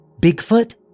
Bigfoot